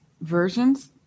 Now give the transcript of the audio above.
versions